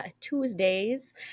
Tuesdays